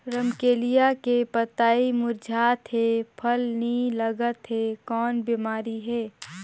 रमकलिया के पतई मुरझात हे फल नी लागत हे कौन बिमारी हे?